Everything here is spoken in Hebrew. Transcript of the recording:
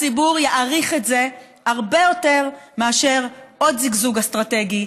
הציבור יעריך את זה הרבה יותר מאשר עוד זיגזוג אסטרטגי,